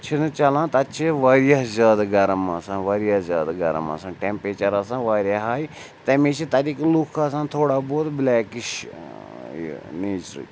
چھِنہٕ چَلان تَتہِ چھِ واریاہ زیادٕ گَرم آسان واریاہ زیادٕ گَرم آسان ٹٮ۪مپیچَر آسان واریاہ ہَے تَمے چھِ تَتِکۍ لُکھ آسان تھوڑا بہت بٕلیکِش یہِ نیچرٕکۍ